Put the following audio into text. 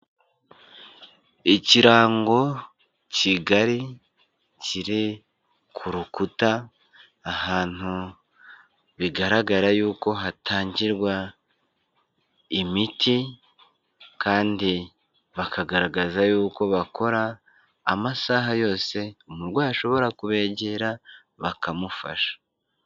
Ikirango kigari kiri ku rukuta ahantu bigaragara y'uko hatangirwa imiti kandi bakagaragaza y'uko bakora amasaha yose umurwayi ashobora kubegera bakamufasha.